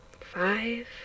five